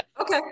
Okay